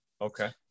Okay